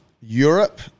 Europe